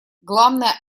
главная